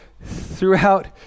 throughout